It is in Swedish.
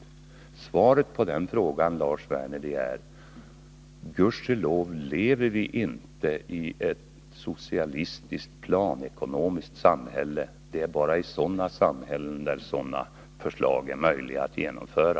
Men svaret på den frågan är, Lars Werner: Gudskelov lever vi inte i ett socialistiskt, planekonomiskt samhälle. Det är bara i sådana samhällen den sortens förslag är möjliga att genomföra.